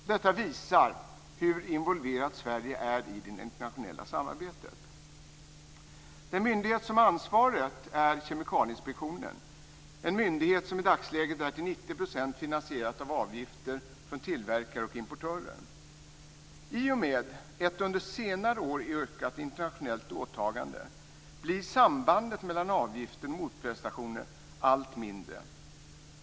Detta visar hur involverat Sverige är i det internationella samarbetet. Den myndighet som har ansvaret är Kemikalieinspektionen, en myndighet som i dagsläget till 90 % är finansierad med avgifter från tillverkare och importörer. I och med ett under senare år ökat internationellt åtagande blir sambandet mellan avgifter och motprestationer allt mindre.